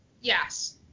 yes